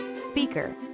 speaker